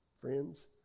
Friends